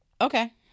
okay